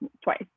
twice